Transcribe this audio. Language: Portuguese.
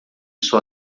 sua